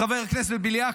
חבר הכנסת בליאק,